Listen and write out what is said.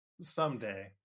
someday